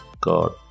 God